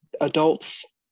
adults